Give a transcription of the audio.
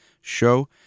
show